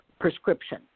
prescription